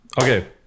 Okay